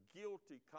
guilty